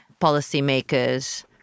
policymakers